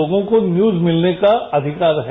लोगों को न्यूज मिलने का अधिकार है